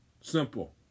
Simple